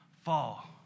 fall